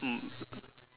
mm